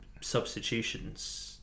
substitutions